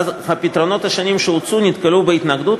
אך הפתרונות השונים שהוצעו נתקלו בהתנגדות,